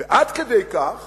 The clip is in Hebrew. עד כדי כך